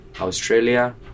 Australia